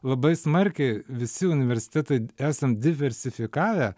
labai smarkiai visi universitetai esam diversifikavę